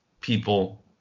people